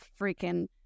freaking